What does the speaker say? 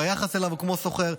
והיחס אליו יהא כמו אל סוחר,